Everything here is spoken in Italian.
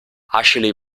ashley